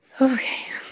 Okay